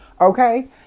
okay